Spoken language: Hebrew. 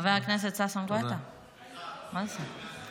חבר הכנסת ששון גואטה, מה זה?